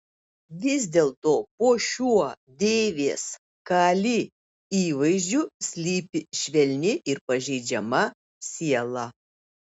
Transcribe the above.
vis dėlto po šiuo deivės kali įvaizdžiu slypi švelni ir pažeidžiama siela